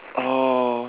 oh